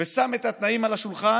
ושם את התנאים על השולחן,